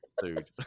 sued